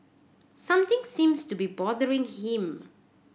something seems to be bothering him